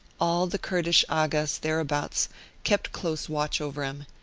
all the kurdish aghas thereabouts kept close watch over him,